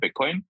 Bitcoin